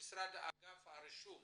אגף רישום